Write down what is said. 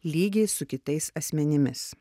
lygiai su kitais asmenimis